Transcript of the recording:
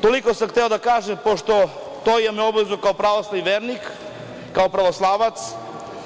Toliko sam hteo da kažem, pošto to imam obavezu kao pravoslavni vernik, kao pravoslavac,